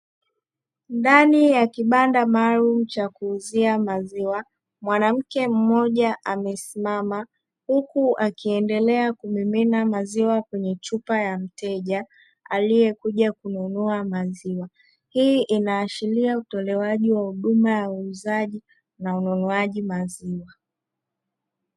Ndani ya kibanda maalum cha kuuzia maziwa mwanamke mmoja amesimama huku akiendelea kumimina maziwa kwenye chupa ya mteja aliyekuja kununua maziwa. Hii inaashiria utolewaji wa huduma ya uuzaji na ununuaji wa maziwa.